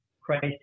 Christ